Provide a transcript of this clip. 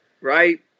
right